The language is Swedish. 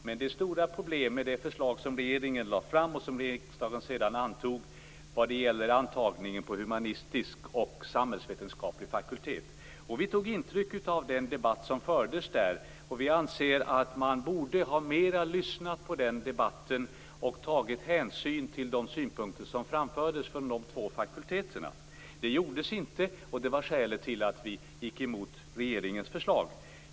Men det är stora problem med det förslag som regeringen lade fram och som riksdagen sedan antog när det gäller antagningen på humanistisk och samhällsvetenskaplig fakultet. Vi tog intryck av den debatt som fördes, och vi anser att man mera borde ha lyssnat på den debatten och tagit hänsyn till de synpunkter som framfördes från dessa två fakulteter. Det gjordes inte, och det var skälet till att vi gick emot regeringens förslag.